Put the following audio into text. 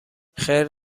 خیر